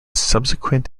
subsequent